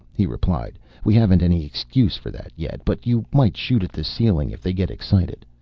he replied, we haven't any excuse for that yet. but you might shoot at the ceiling, if they get excited.